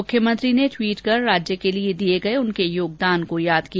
मुख्यमंत्री ने ट्वीट कर राज्य के लिए दिए गए उनके योगदान को याद किया